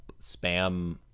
spam